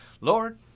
Lord